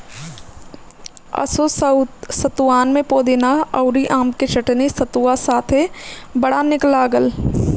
असो सतुआन में पुदीना अउरी आम के चटनी सतुआ साथे बड़ा निक लागल